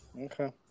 Okay